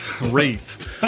Wraith